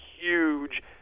huge